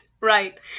right